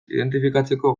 identifikatzeko